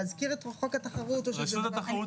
כמו שאמרתי באחת הישיבות הקודמות,